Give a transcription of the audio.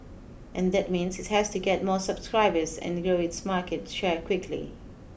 and that means it has to get more subscribers and grow its market share quickly